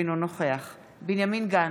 אינו נוכח בנימין גנץ,